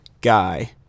guy